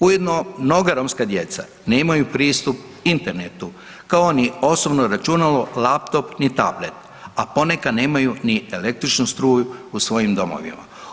Ujedno mnoga romska djeca nemaju pristup internetu kao ni osobno računalo, laptop ni tablet, a ponekad nemaju ni električnu struju u svojim domovima.